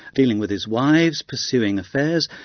dealing with his wives, pursuing affairs.